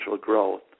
growth